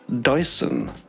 Dyson